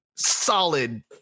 solid